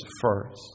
first